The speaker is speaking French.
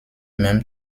même